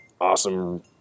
awesome